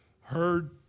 heard